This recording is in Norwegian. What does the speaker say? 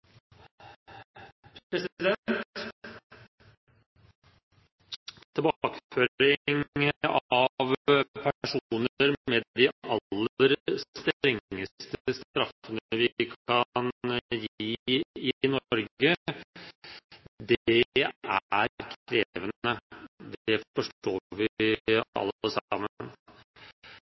Tilbakeføring av personer med de aller strengeste straffene vi kan gi i Norge, er krevende. Det forstår vi alle